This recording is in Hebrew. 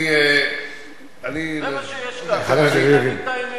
צריך להגיד את האמת.